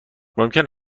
ممکن